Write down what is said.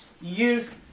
youth